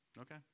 Okay